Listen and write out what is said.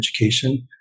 education